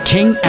King